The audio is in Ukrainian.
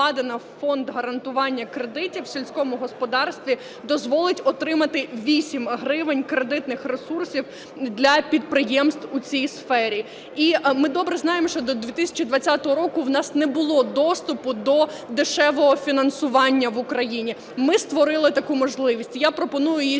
Фонд гарантування кредитів у сільському господарстві, дозволить отримати 8 гривень кредитних ресурсів для підприємств у цій сфері. І ми добре знаємо, що до 2020 року в нас не було доступу до дешевого фінансування в Україні. Ми створили таку можливість. Я пропоную її